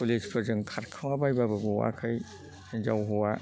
पुलिसफोरजों खारखोमा बायबाबो गवाखै हिन्जाव हौवा